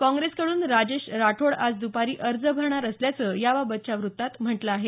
काँग्रेसकडून राजेश राठोड आज द्पारी अर्ज भरणार असल्याचं याबाबतच्या व्रत्तात म्हटलं आहे